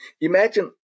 Imagine